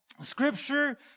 scripture